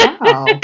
wow